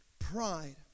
pride